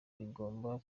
bigomba